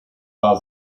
war